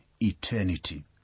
eternity